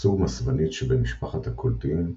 בסוג מסוונית שבמשפחת הקולטיים,